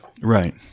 Right